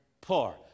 poor